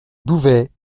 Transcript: bouvet